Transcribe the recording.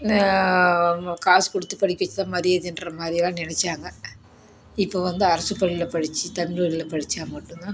காசுக் கொடுத்துப் படிக்க வச்சால் தான் மரியாதைன்ற மாதிரியெல்லாம் நினைச்சாங்க இப்போ வந்து அரசுப் பள்ளியில் படித்து தமிழ்வழியில் படித்தா மட்டுந்தான்